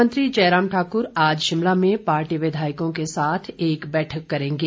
मुख्यमंत्री जयराम ठाकुर आज शिमला में पार्टी विधायकों के साथ एक बैठक करेंगे